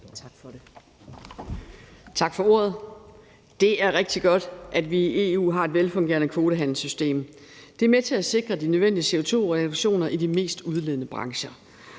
Tak for ordet. Det er rigtig godt, at vi i EU har et velfungerende kvotehandelssystem. Det er med til at sikre de nødvendige CO2-reduktioner i de mest udledende brancher.